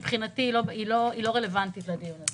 מבחינתי היא לא רלוונטית לדיון הזה.